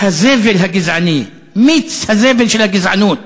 הזבל הגזעני, מיץ הזבל של הגזענות,